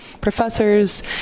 Professors